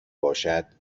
باشد